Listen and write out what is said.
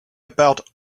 about